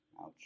Ouch